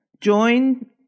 Join